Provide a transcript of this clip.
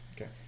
Okay